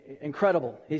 incredible